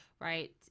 right